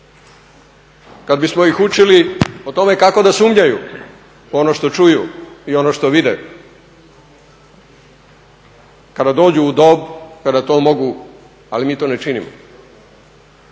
kad bismo ih učili o tome kako da sumnjaju u ono što čuju i ono što vide kada dođu u dob kada to mogu, ali mi to ne činimo.